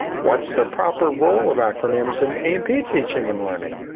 what's the proper role of acronyms and a and p teaching and learning?